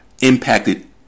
impacted